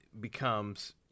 becomes